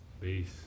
peace